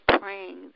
praying